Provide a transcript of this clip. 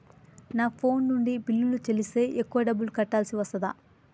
నా ఫోన్ నుండి బిల్లులు చెల్లిస్తే ఎక్కువ డబ్బులు కట్టాల్సి వస్తదా?